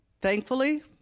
Thankfully